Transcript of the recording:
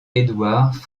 eduard